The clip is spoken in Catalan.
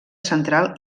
central